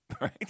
Right